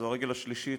זו הרגל השלישית,